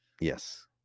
Yes